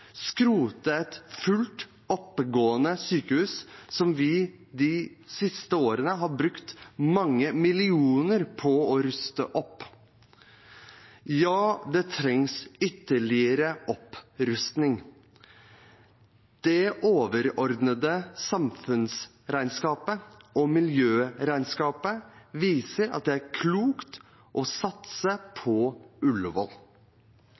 skrote et fullt oppegående sykehus som vi de siste årene har brukt mange millioner på å ruste opp? Ja, det trengs ytterligere opprustning. Det overordnede samfunnsregnskapet og miljøregnskapet viser at det er klokt å satse